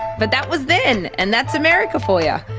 but that was then. and that's america for ya!